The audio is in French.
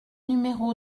numéro